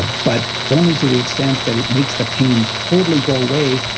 ah but only to the extent that it makes the pain totally go away,